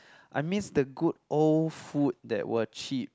I miss the good old food that were cheap